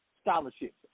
scholarships